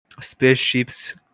spaceships